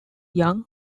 young